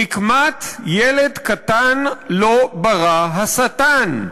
נקמת ילד קטן לא ברא השטן,